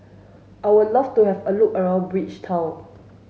I would love to have a look around Bridgetown